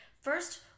First